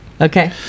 Okay